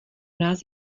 nás